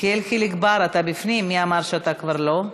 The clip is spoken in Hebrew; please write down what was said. יחיאל חיליק בר, אתה בפנים, מי אמר שאתה כבר לא?